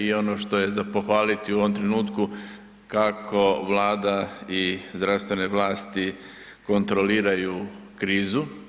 I ono što je za pohvaliti u ovom trenutku kako Vlada i zdravstvene vlasti kontroliraju krizu.